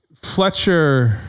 Fletcher